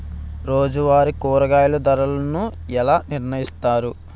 రోజువారి కూరగాయల ధరలను ఎలా నిర్ణయిస్తారు?